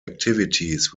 activities